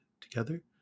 Together